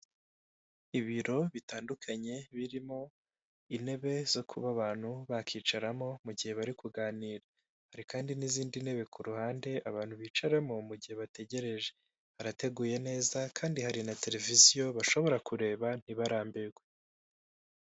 Ibiro bitandukanye, birimo intebe zo kuba abantu bakicaramo mu gihe bari kuganira, hari kandi n'izindi ntebe ku ruhande, abantu bicaramo mu gihe bategereje. Harateguye neza kandi hari na televiziyo bashobora kureba ntibarambirwe.